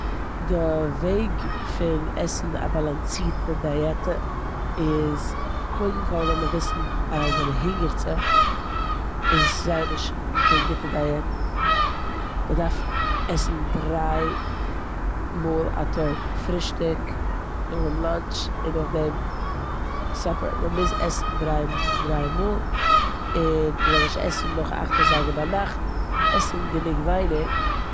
די וועג פון עסן א באלאנסירטע דייעטע איז. קודם כל זאל מען אז וויסן ווען מ'הינגערט זיך, איז עס זייער נישט קיין גוטע דייעט. מ'דארף עסן דריי מאל א טאג. פרישטאג, נאך דעם לאנטש, נאך דעם סאפער. מ'מיז עסן דריי, דריי מאל. און מ'זאל נישט עסן נאך אכט אזייגער ביינאכט. עסן גענוג ווייניג.